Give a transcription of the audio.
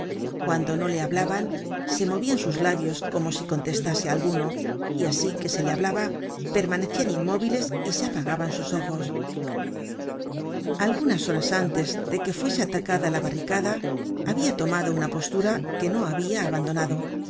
cuando no le hablaban se movian sus labios como si contestase á alguno y asi que se le hablaba permanecian inmóviles y se apagaban sus ojos algunas horas antes de que fuese atacada la barricada habia tomado una postura que no habia abandonado